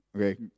Okay